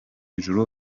ijuru